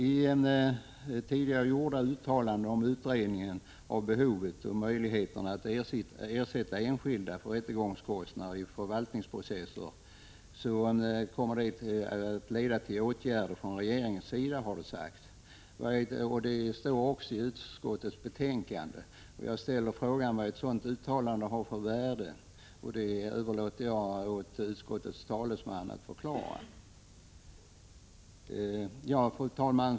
I ett tidigare uttalande om utredningen när det gäller behovet av och möjligheterna till att ersätta enskilda för rättegångskostnader i förvaltningsprocesser har det sagts att åtgärder kommer att vidtas från regeringens sida. Det står också i utskottsbetänkandet. Jag frågar mig vad ett sådant uttalande har för värde. Detta överlåter jag till utskottets talesman att förklara. Fru talman!